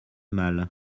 mal